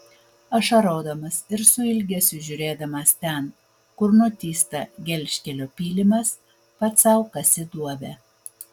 ašarodamas ir su ilgesiu žiūrėdamas ten kur nutįsta gelžkelio pylimas pats sau kasi duobę